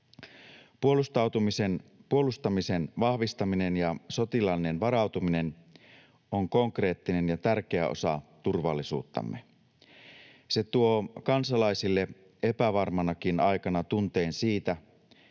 Puolustamisen vahvistaminen ja sotilaallinen varautuminen on konkreettinen ja tärkeä osa turvallisuuttamme. Se tuo kansalaisille epävarmanakin aikana tunteen siitä,